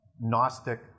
Gnostic